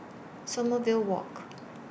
Sommerville Walk